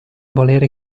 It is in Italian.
volere